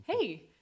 Hey